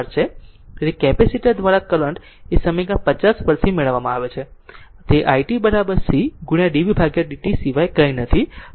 તેથી કેપેસિટર દ્વારા કરંટ એ સમીકરણ 50 પરથી મેળવવામાં આવે છે તે i t C into dvdt સિવાય કંઈ નથી